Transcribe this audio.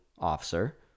officer